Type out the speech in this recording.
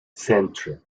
centre